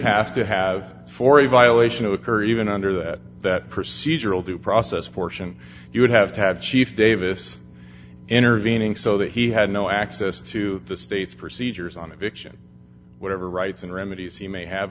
have to have for a violation of occur even under that that procedural due process portion you would have to have chief davis intervening so that he had no access to the state's procedures on eviction whatever rights and remedies he may have